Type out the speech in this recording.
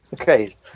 Okay